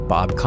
Bob